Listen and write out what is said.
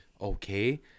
okay